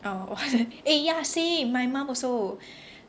oh eh ya same my mom also